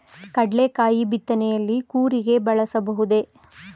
ಕಡ್ಲೆಕಾಯಿ ಬಿತ್ತನೆಯಲ್ಲಿ ಕೂರಿಗೆ ಬಳಸಬಹುದೇ?